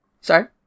Sorry